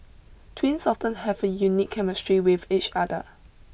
twins often have a unique chemistry with each other